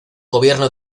gobierno